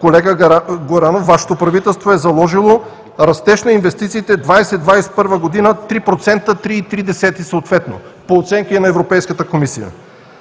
Колега Горанов, Вашето правителство е заложило растеж на инвестициите за 2020 – 2021 г. от 3 – 3,3% съответно по оценки на Европейската комисия.